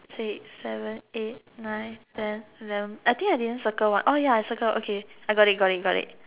six seven eight nine ten eleven I think I didn't circle one oh ya I circle okay got it got it